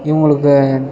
இவங்களுக்கு